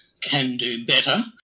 can-do-better